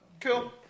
Cool